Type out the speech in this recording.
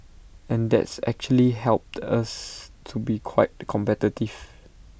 and that's actually helped us to be quite competitive